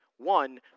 One